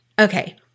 Okay